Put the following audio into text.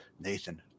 Nathan